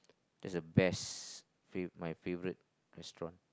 that's the best fave my favourite restaurant